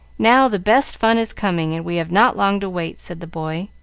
now the best fun is coming, and we have not long to wait, said the boy,